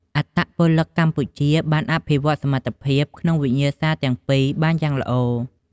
អត្តពលិកកម្ពុជាបានអភិវឌ្ឍសមត្ថភាពក្នុងវិញ្ញាសាទាំងពីរបានយ៉ាងល្អ។